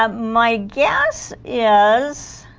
um my guess is